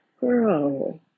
girl